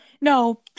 No